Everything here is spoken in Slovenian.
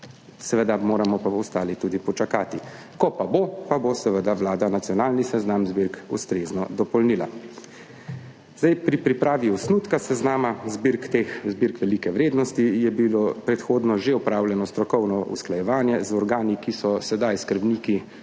Seveda moramo pa ostali tudi počakati, ko bo, pa bo Vlada nacionalni seznam zbirk ustrezno dopolnila. Pri pripravi osnutka seznama zbirk velike vrednosti je bilo predhodno že opravljeno strokovno usklajevanje z organi, ki so sedaj skrbniki